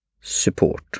support